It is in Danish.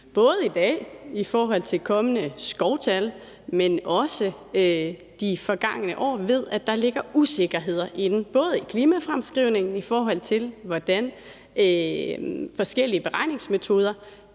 både i dag i forhold til kommende skovtal, men også de forgangne år – ved, at der ligger usikkerheder, både i klimafremskrivningen, i forhold til hvordan forskellige beregningsmetoder